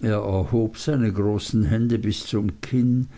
er erhob seine großen hände bis zum kinn